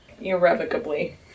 irrevocably